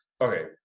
Okay